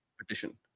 petition